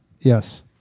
Yes